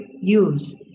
use